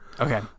Okay